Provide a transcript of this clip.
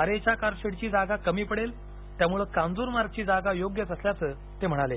आरेच्या कारशेडची जागा कमी पडेल त्यामुळे कांजूरमार्गची जागा योग्यच असल्याच ते म्हणाले